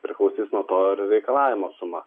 priklausys nuo to ar reikalavimo suma